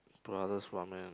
Plaza's ramen